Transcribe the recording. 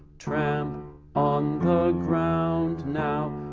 tramp on ground now.